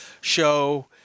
show